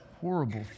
horrible